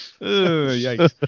Yikes